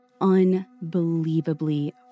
unbelievably